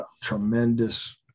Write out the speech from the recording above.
tremendous